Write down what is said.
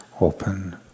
open